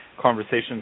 Conversations